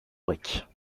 briques